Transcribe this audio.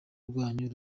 rwanyu